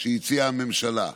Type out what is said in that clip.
שהציעה הממשלה.